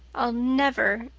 i'll never,